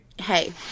Hey